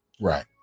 Right